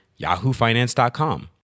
yahoofinance.com